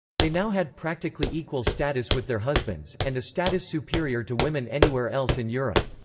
they now had practically equal status with their husbands, and a status superior to women anywhere else in europe.